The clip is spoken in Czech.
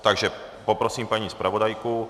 Takže poprosím paní zpravodajku.